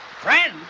Friend